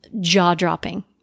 jaw-dropping